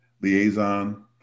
liaison